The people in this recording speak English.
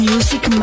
Music